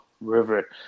River